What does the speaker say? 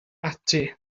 ati